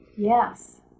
Yes